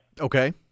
Okay